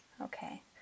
Okay